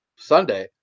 Sunday